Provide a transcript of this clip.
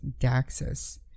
Daxus